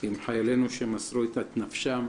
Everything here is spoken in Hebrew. עם חיילינו שמסרו את נפשם